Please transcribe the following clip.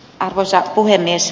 arvoisa puhemies